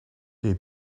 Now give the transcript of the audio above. they